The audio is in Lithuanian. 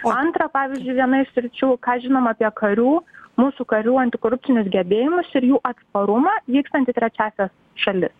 o antra pavyzdžiui viena iš sričių ką žinom apie karių mūsų karių antikorupcinius gebėjimus ir jų atsparumą vykstant į trečiąsias šalis